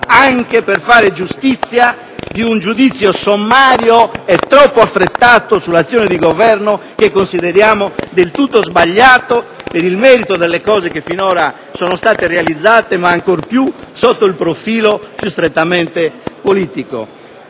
anche per fare giustizia di un giudizio sommario e troppo affrettato sull'azione di Governo che consideriamo del tutto sbagliato per il merito delle cose che finora sono state realizzate, ma ancor più sotto il profilo più strettamente politico.